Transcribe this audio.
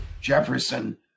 Jefferson